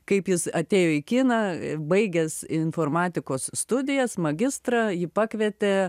kaip jis atėjo į kiną baigęs informatikos studijas magistrą jį pakvietė